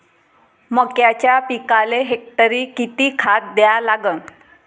मक्याच्या पिकाले हेक्टरी किती खात द्या लागन?